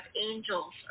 angels